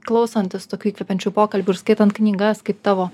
klausantis tokių įkvepiančių pokalbių ir skaitant knygas kaip tavo